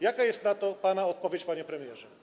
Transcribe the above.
Jaka jest na to pana odpowiedź, panie premierze?